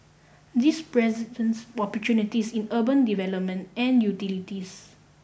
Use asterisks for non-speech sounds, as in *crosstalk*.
this present *unintelligible* opportunities in urban development and utilities